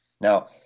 now